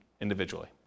individually